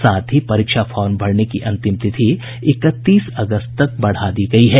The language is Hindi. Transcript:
साथ ही परीक्षा फार्म भरने की अंतिम तिथि इकतीस अगस्त तक बढ़ा दी गयी है